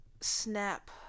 snap